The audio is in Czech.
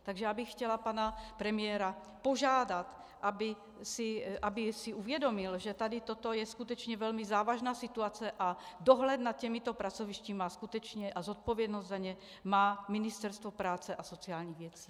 Takže bych chtěla pana premiéra požádat, aby si uvědomil, že toto je skutečně velmi závažná situace a dohled nad těmito pracovišti má skutečně a zodpovědnost za ně má Ministerstvo práce a sociálních věcí.